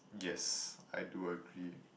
yes I do agree